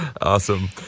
Awesome